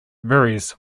varies